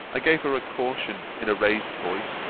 i gave her a caution, in a raised voice,